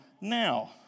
now